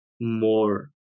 more